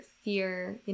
fear